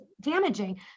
damaging